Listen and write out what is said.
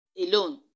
alone